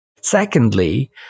Secondly